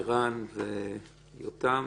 ערן ויותם,